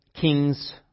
kings